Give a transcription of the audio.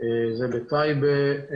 זה בטייבה,